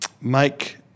make